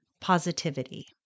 positivity